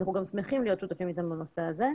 אנחנו גם שמחים להיות שותפים איתם בנושא הזה.